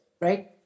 right